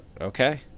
Okay